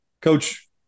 Coach